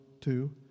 two